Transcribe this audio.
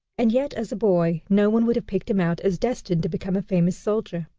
and yet, as a boy, no one would have picked him out as destined to become a famous soldier.